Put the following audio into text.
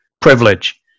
privilege